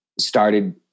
started-